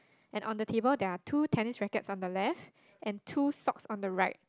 and on the table there are two tennis rackets on the left and two socks on the right